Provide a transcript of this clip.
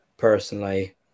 Personally